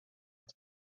die